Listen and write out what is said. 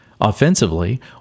offensively